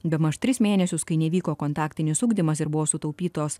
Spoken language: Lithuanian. bemaž tris mėnesius kai nevyko kontaktinius ugdymas ir buvo sutaupytos